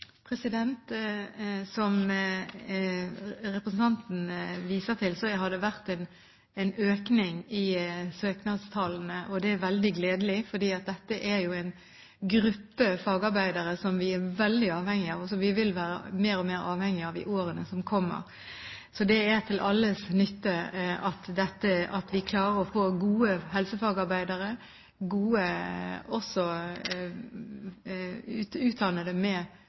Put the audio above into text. året. Som representanten viser til, har det vært en økning i søknadstallene, og det er veldig gledelig. Dette er en gruppe fagarbeidere som vi er veldig avhengige av, og som vi vil være mer og mer avhengige av i årene som kommer. Det er til alles nytte at vi klarer å få gode helsefagarbeidere, med